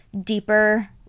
deeper